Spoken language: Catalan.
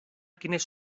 quines